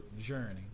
journey